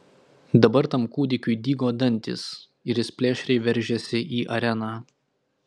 dabar tam kūdikiui dygo dantys ir jis plėšriai veržėsi į areną